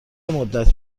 مدت